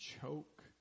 choke